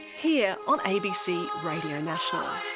here on abc radio national.